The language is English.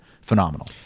phenomenal